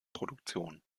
produktion